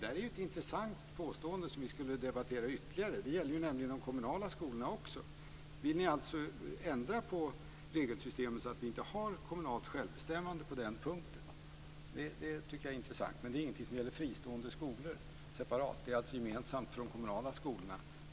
Det där är ett intressant påstående som vi borde debattera ytterligare. Det gäller ju de kommunala skolorna också. Vill ni ändra på regelsystemet så att vi inte har ett kommunalt självbestämmande på den punkten? Men detta är ingenting som gäller fristående skolor separat, utan det gäller också för de kommunala skolorna.